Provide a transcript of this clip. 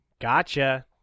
gotcha